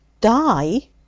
Die